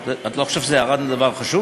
אתה לא חושב שערד זה דבר חשוב?